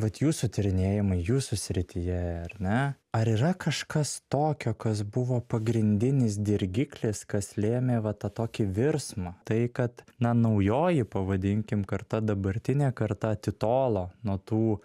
vat jūsų tyrinėjimai jūsų srityje ar ne ar yra kažkas tokio kas buvo pagrindinis dirgiklis kas lėmė va tą tokį virsmą tai kad na naujoji pavadinkim karta dabartinė karta atitolo nuo tų